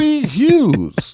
Hughes